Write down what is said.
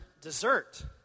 dessert